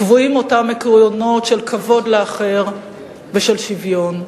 קבועים אותם עקרונות של כבוד לאחר ושל שוויון.